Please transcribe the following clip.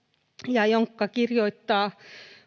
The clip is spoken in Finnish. jonkka kirjoittaa